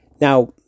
Now